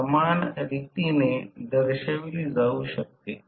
तर यात असे x 2 पूर्णपणे दुर्लक्षित केले जाऊ शकते